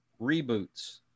reboots